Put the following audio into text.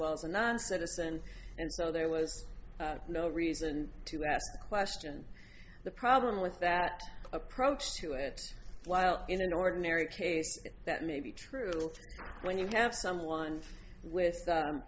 well as a non citizen and so there was no reason to ask the question the problem with that approach to it while in an ordinary case that may be true when you have someone with